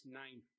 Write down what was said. nine